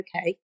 okay